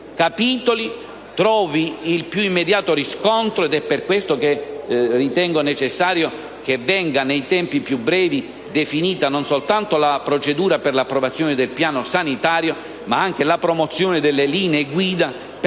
capitoli trovino il più immediato riscontro. Per questo ritengo necessarie che venga, nei tempi più brevi, definita non soltanto la procedura per l'approvazione del Piano sanitario, ma anche la promozione delle linee guida per la prevenzione,